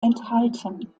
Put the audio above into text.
enthalten